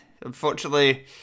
unfortunately